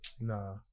Nah